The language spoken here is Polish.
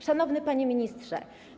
Szanowny Panie Ministrze!